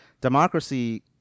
democracy